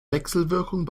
wechselwirkung